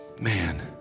man